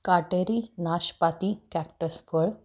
काटेरी नाशपाती कॅक्टस फळ